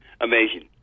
Amazing